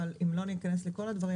אבל אם לא ניכנס לכל הדברים,